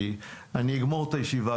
כי נסיים את הישיבה,